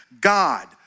God